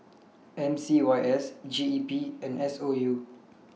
M C Y S G E P and S O U